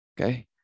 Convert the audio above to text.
Okay